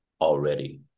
already